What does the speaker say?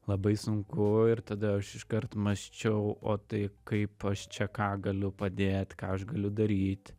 labai sunku ir tada aš iškart mąsčiau o tai kaip aš čia ką galiu padėt ką aš galiu daryt